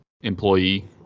employee